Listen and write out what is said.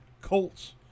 Colts